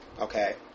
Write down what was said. Okay